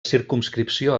circumscripció